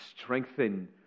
Strengthen